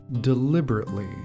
deliberately